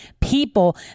people